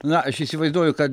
na aš įsivaizduoju kad